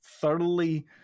thoroughly